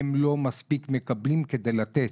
לא מקבלות מספיק כדי לתת.